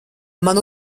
man